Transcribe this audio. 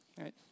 right